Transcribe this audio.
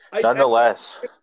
nonetheless